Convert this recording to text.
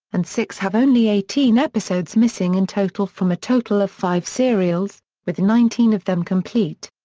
and six have only eighteen episodes missing in total from a total of five serials, with nineteen of them complete.